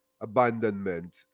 abandonment